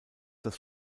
das